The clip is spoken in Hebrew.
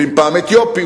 פעם אומרים אתיופים,